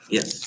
Yes